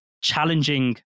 challenging